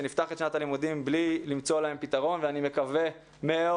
כשנפתח את שנת הלימודים בלי למצוא להן פתרון ואני מקווה מאוד